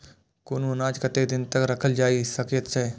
कुनू अनाज कतेक दिन तक रखल जाई सकऐत छै?